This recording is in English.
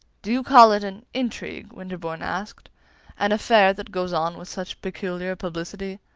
do you call it an intrigue, winterbourne asked an affair that goes on with such peculiar publicity?